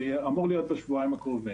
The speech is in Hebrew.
הוא אמור להיות בשבועיים הקרובים.